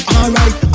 Alright